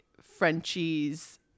Frenchie's